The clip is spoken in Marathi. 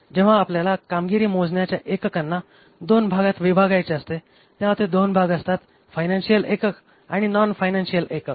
जेव्हा आपल्याला कामगिरी मोजण्याच्या एककांना २ भागात विभागायचे असते तेव्हा ते २ भाग असतात फायनान्शिअल एकक आणि नॉन फायनान्शिअल एकक